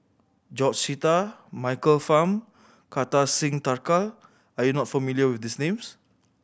George Sita Michael Fam Kartar Singh Thakral are you not familiar with these names